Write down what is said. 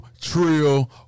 Trill